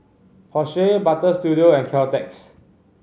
Porsche Butter Studio and Caltex